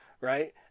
right